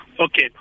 Okay